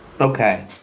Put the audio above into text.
Okay